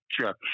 sure